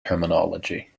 terminology